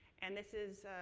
and this is